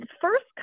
first